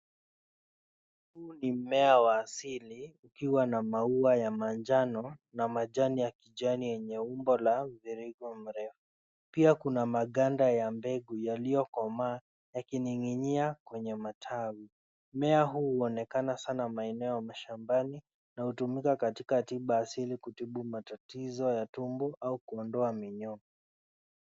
Huu ni mimea wa asili ukiwa na maua ya manjano na majani ya kijani yenye umbo la mviringo mrefu. Pia kuna maganda ya mbegu yaliyokomaa yakining'ini kwenye matawi. Mmea huu huonekana sana maeneo ya mashambani na hutumika katika tiba asili kutibu matatizo ya tumbo au kuondoa minyoo.